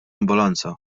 ambulanza